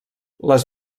les